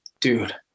dude